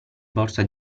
borsa